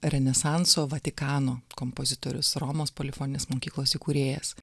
renesanso vatikano kompozitorius romos polifoninės mokyklos įkūrėjas